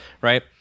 right